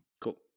Cool